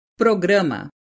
programa